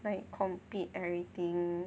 like compete everything